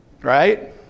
right